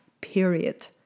period